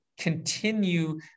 continue